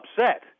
upset